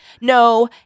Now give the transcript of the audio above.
no